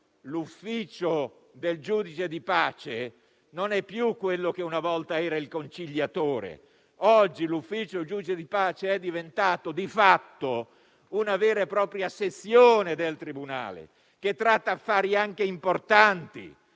l'ufficio del giudice di pace non è più quello che una volta era il conciliatore, ma è diventato di fatto una vera e propria sezione del tribunale, che tratta affari anche importanti,